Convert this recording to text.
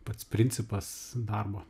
pats principas darbo